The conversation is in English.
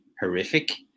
horrific